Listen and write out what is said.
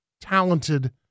talented